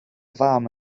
fam